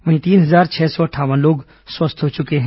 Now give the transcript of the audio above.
वहीं तीन हजार छह सौ अंठावन लोग स्वस्थ हो चुके हैं